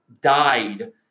died